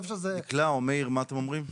דקלה או מאיר, מה אתם אומרים?